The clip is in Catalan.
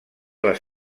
les